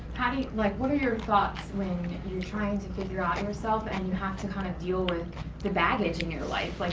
how do you, like what are your thoughts when you're trying to figure out yourself and you have to kind of deal with the baggage and life. like